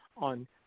on